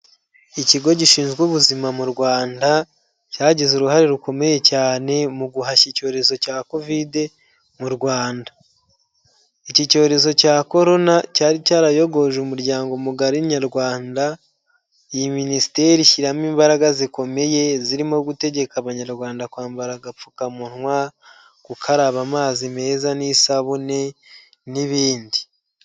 Ikigo gishinzwe ubuzima mu Rwanda cyagize uruhare rukomeye cyane mu guhashya icyorezo cya kovide mu Rwanda, iki cyorezo cya korona cyari cyarayogoje umuryango mugari nyarwanda, iyi minisiteri ishyiramo imbaraga zikomeye zirimo gutegeka abanyarwanda kwambara agapfukamunwa, gukaraba amazi meza n'isabune n'ibindi.